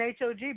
HOG